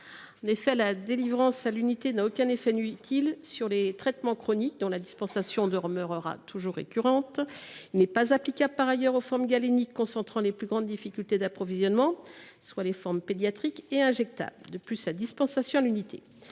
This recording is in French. Ce mode de délivrance n’a aucun effet utile sur les traitements chroniques, dont la dispensation demeurera récurrente ; il n’est pas applicable, par ailleurs, aux formes galéniques concentrant les plus grandes difficultés d’approvisionnement, soit les formes pédiatriques et injectables. De plus, il s’avère contraignant